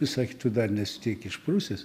jis sakė tu dar nesi tiek išprusęs